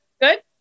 Good